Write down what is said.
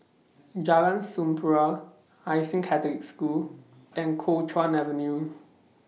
Jalan Sampurna Hai Sing Catholic School and Kuo Chuan Avenue